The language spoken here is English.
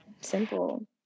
Simple